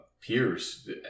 peers